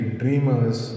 dreamers